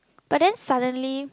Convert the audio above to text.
but then suddenly